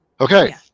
Okay